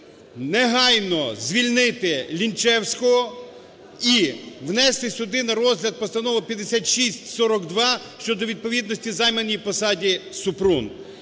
негайно звільнити Лінчевського і внести сюди на розгляд Постанову 5642 щодо відповідності займаній посаді Супрун.